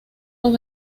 los